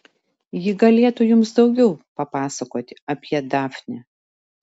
ji galėtų jums daugiau papasakoti apie dafnę